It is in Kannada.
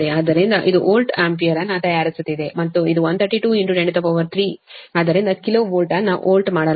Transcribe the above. ಆದ್ದರಿಂದ ಇದು ವೋಲ್ಟ್ ಆಂಪಿಯರ್ ಅನ್ನು ತಯಾರಿಸುತ್ತಿದೆ ಮತ್ತು ಇದು 132 103 ಆದ್ದರಿಂದ ಕಿಲೋ ವೋಲ್ಟ್ ಅನ್ನು ವೋಲ್ಟ್ ಮಾಡಲಾಗಿದೆ